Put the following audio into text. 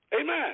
Amen